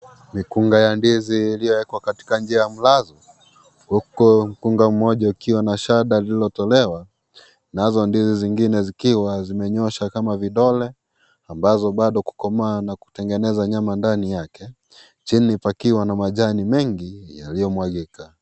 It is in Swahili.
Mikunga ya ndizi, iliyowekwa katika njia ya mlazo, huku mkunga mmoja ukiwa na shada lililotolewa, nazo ndizi zingine zikiwa zimenyoshwa kama vidole, ambazo bado kukomaa na kutengeneza nyama ndani yake. Chini pakiwa na majani mengi yaliyo mwagika.